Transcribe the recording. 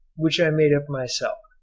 which i made up myself.